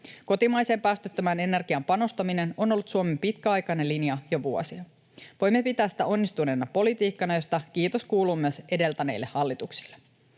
Kotimaiseen päästöttömään energiaan panostaminen on ollut Suomen pitkäaikainen linja jo vuosia. Voimme pitää sitä onnistuneena politiikkana, josta kiitos kuuluu myös edeltäneille hallituksille.